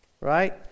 right